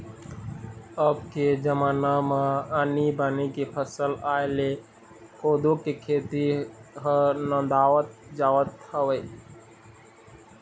अब के जमाना म आनी बानी के फसल आय ले कोदो के खेती ह नंदावत जावत हवय